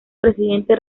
presidente